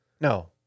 No